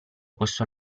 questo